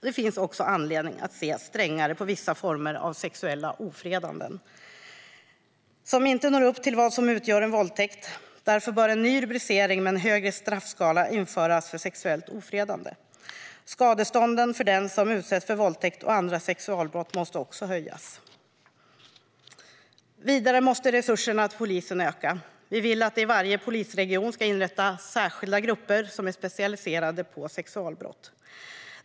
Det finns också anledning att se strängare på vissa former av sexuella ofredanden som inte når upp till vad som utgör en våldtäkt. Därför bör en ny rubricering med en högre straffskala införas för sexuellt ofredande. Skadestånden för den som utsätts för våldtäkt och andra sexualbrott måste också höjas. Vidare måste resurserna till polisen öka. Vi vill att det i varje polisregion ska inrättas särskilda grupper som är specialiserade på sexualbrott.